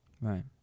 right